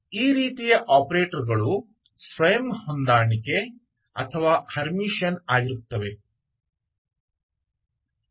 इस प्रकार के ऑपरेटर्स तो सेल्फ एडज्वाइंट या हेयरमिशन होते हैं